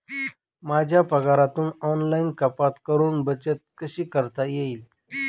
माझ्या पगारातून ऑनलाइन कपात करुन बचत कशी करता येईल?